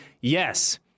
Yes